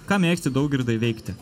ką mėgsti daugirdai veikti